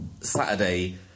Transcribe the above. Saturday